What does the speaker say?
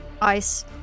ice